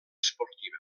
esportiva